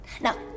Now